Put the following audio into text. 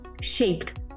shaped